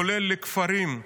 כולל לכפרים,